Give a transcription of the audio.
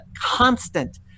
constant